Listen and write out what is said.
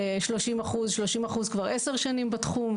30% כבר עשר שנים בתחום,